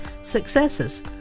successes